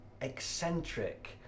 eccentric